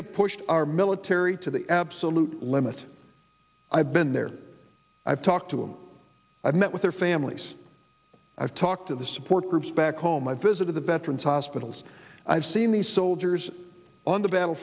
have pushed our military to the absolute limit i've been there i've talked to him i've met with their families i've talked to the support groups back home i've visited the better and saw spittles i've seen these soldiers on the battle